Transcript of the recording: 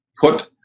put